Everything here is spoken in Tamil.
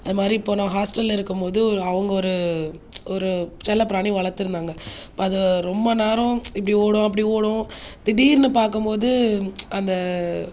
அந்த மாதிரி இப்போது நான் ஹாஸ்டலில் இருக்கும்போது அவங்கள் ஒரு ஒரு செல்லப்பிராணி வளர்த்திருந்தாங்க அது ரொம்ப நேரம் இப்படி ஓடும் அப்படி ஓடும் திடீரென்னு பார்க்கும்போது அந்த